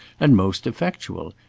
and most effectual.